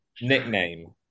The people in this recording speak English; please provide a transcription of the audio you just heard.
Nickname